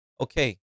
Okay